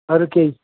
अरू केही